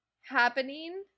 happening